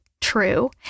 True